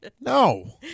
No